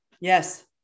Yes